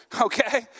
okay